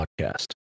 podcast